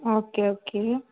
okay okay